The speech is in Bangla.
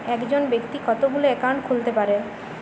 একজন ব্যাক্তি কতগুলো অ্যাকাউন্ট খুলতে পারে?